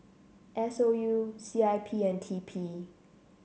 S O U C I P and T P